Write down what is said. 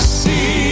see